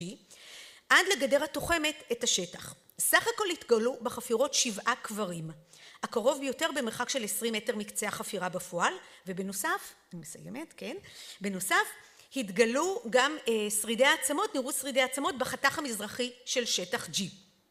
עד לגדר התוחמת את השטח. סך הכל התגלו בחפירות שבעה קברים, הקרוב ביותר במרחק של 20 מטר מקצה החפירה בפועל ובנוסף, אני מסיימת כן, בנוסף התגלו גם שרידי העצמות, נראו שרידי העצמות בחתך המזרחי של שטח G.